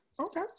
Okay